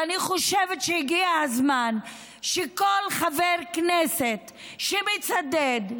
ואני חושבת שהגיע הזמן שכל חבר כנסת שמצדד,